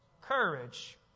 courage